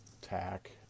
tack